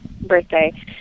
birthday